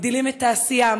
מגדילים את העשייה,